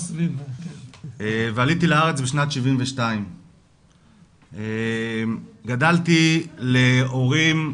ועליתי לארץ בשנת 72. גדלתי להורים,